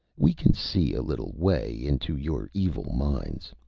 we can see, a little way, into your evil minds.